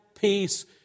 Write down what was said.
peace